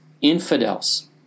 infidels